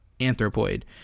anthropoid